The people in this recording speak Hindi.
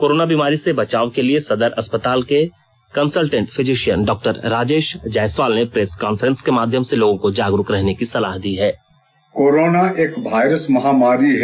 कोरोना बीमारी से बचाव के लिए सदर अस्पताल के कंसल्टेंट फिजिशियन डॉ राजेश जायसवाल ने प्रेस कांफ्रेंस के माध्यम से लोगों को जागरुक रहने की सलाह दी है